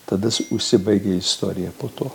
tada užsibaigė istorija po to